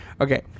Okay